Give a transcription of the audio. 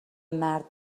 مرد